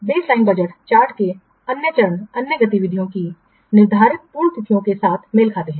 baseline budget chart के अन्य चरण अन्य गतिविधियों की निर्धारित पूर्ण तिथियों के साथ मेल खाते हैं